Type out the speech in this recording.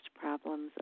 problems